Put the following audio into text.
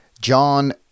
John